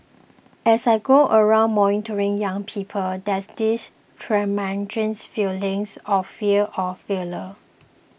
as I go around mentoring young people there's this tremendous feelings of fear of failure